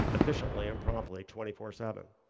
efficiently and promptly twenty four seven.